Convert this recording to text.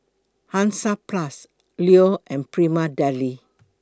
Hansaplast Leo and Prima Deli